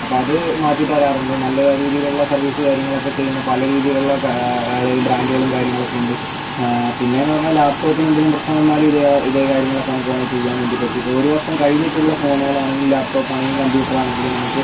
അപ്പോൾ അത് മാറ്റി തരാറുണ്ട് നല്ല രീതിയിലുള്ള സർവീസ് കാര്യങ്ങളൊക്കെ ചെയ്യുന്ന പല രീതിയിലുള്ള അതായത് ബ്രാൻഡുകളും കാര്യങ്ങളും ഒക്കെയുണ്ട് പിന്നെയെന്നു പറഞ്ഞാൽ ലാപ്ടോപ്പിനെന്തെങ്കിലും പ്രശ്നം വന്നാലും ഇതേ ഇതേ കാര്യങ്ങളൊക്കെ നമുക്ക് വേണമെങ്കിൽ ചെയ്യാൻ വേണ്ടി പറ്റും ഇപ്പോൾ ഒരു വർഷം കഴിഞ്ഞിട്ടുള്ള ഫോണുകൾ ആണെങ്കിലും ലാപ്ടോപ്പ് ആണെങ്കിലും കമ്പ്യൂട്ടർ ആണെങ്കിലും നമുക്ക്